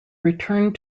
returned